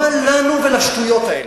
מה לנו ולשטויות האלה?